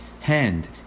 hand